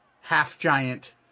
half-giant